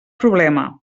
problema